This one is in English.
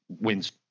wins